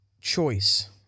choice